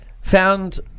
Found